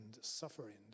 suffering